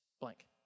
blank